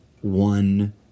one